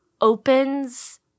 opens